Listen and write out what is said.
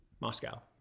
Moscow